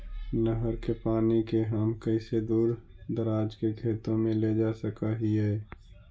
नहर के पानी के हम कैसे दुर दराज के खेतों में ले जा सक हिय?